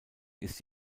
ist